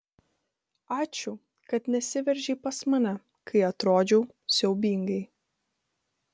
ačiū kad nesiveržei pas mane kai atrodžiau siaubingai